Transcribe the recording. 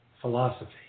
philosophy